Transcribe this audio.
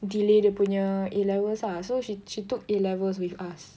delay dia punya A-levels ah so she she took A-levels with us